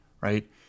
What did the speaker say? right